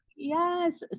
Yes